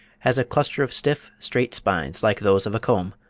has a cluster of stiff, straight spines, like those of a comb,